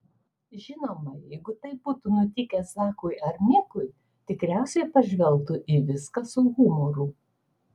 žinoma jeigu taip būtų nutikę zakui ar mikui tikriausiai pažvelgtų į viską su humoru